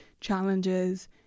challenges